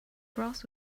grass